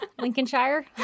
Lincolnshire